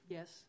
Yes